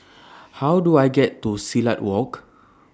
How Do I get to Silat Walk